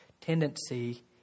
tendency –